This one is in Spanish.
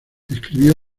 escribió